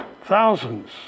thousands